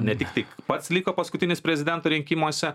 ne tiktai pats liko paskutinis prezidento rinkimuose